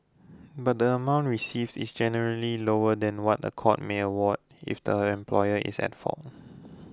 but the amount received is generally lower than what a court may award if the employer is at fault